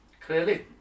Clearly